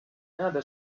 other